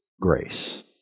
grace